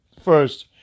first